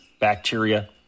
bacteria